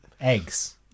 eggs